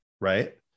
right